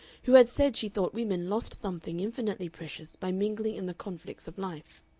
who had said she thought women lost something infinitely precious by mingling in the conflicts of life.